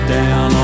down